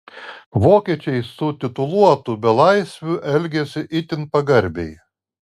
vokiečiai su tituluotu belaisviu elgėsi itin pagarbiai